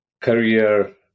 career